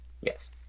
Yes